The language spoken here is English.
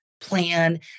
plan